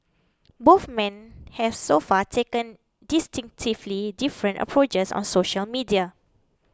both men have so far taken distinctively different approaches on social media